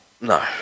No